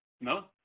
No